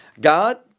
god